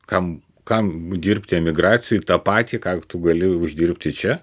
kam kam dirbti emigracijoj tą patį ką tu gali uždirbti čia